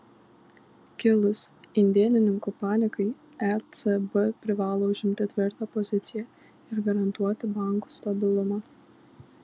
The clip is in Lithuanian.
kilus indėlininkų panikai ecb privalo užimti tvirtą poziciją ir garantuoti bankų stabilumą